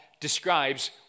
describes